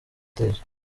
stage